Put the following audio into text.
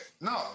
no